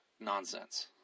nonsense